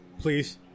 please